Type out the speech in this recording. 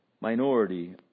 minority